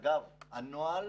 אגב, הנוהל